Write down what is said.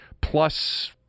plus